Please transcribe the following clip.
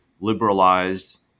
liberalized